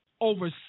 over